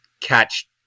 catch